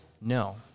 no